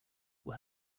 will